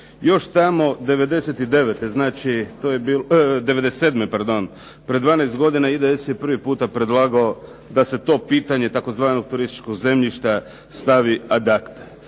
Još tamo 97. pred 12 godina IDS je prvi puta predlagao da se to pitanje tzv. turističkog zemljišta stavi ad acta.